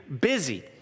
busy